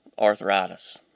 arthritis